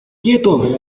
quietos